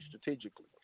strategically